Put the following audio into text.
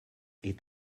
est